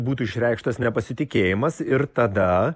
būtų išreikštas nepasitikėjimas ir tada